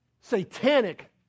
satanic